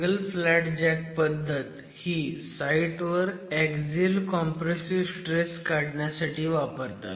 single flat jack पद्धत ही site वर एक्झियल कॉम्प्रेसिव्ह स्ट्रेस काढण्यासाठी वापरतात